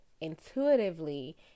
intuitively